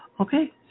Okay